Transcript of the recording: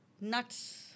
Nuts